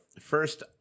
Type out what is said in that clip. first